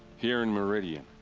here in meridian.